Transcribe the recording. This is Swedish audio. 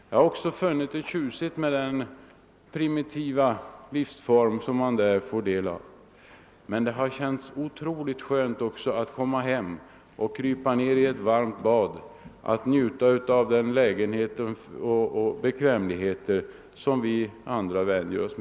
Jag har också funnit en tjusning i den primitiva livsform man där får del av, men det har känts otroligt skönt att komma hem och krypa ned i eit varmt bad och njuta av de moderna bekvämligheter som vi vant oss vid.